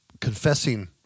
confessing